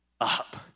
up